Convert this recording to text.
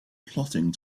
plotting